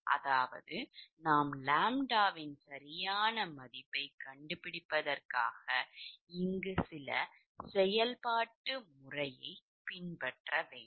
அதாவது நாம் ʎ வின் சரியான மதிப்பை கண்டுபிடிப்பதற்காக சில செயல்பாட்டு செயல்முறை வற்றைப் பின்பற்ற வேண்டும்